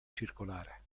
circolare